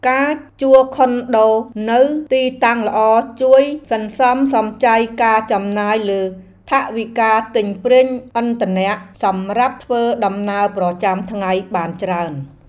ការជួលខុនដូនៅទីតាំងល្អជួយសន្សំសំចៃការចំណាយលើថវិកាទិញប្រេងឥន្ធនៈសម្រាប់ធ្វើដំណើរប្រចាំថ្ងៃបានច្រើន។